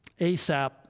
ASAP